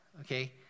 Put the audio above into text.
okay